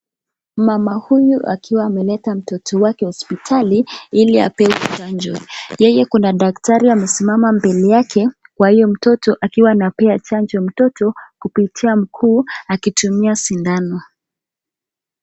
Mama huyu akiwa ameleta mtoto wake hospitali ili apewe chanjo. Yeye kuna daktari amesimama mbele yake kwa hiyo mtoto akiwa anapewa chanjo mtoto kupitia mguu akitumia sindano.